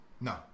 No